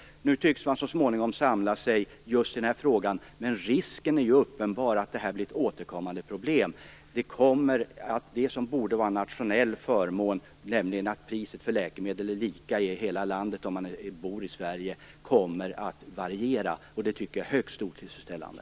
Nu tycks det som om man så småningom kommer att samla sig i just den här frågan, men risken är ju uppenbar att detta blir ett återkommande problem. Det som borde vara en nationell förmån, nämligen att priset för läkemedel är lika i hela landet, kommer att variera. Det tycker jag är högst otillfredsställande.